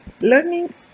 learning